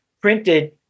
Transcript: printed